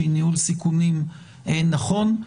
של ניהול סיכונים נכון,